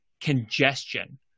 congestion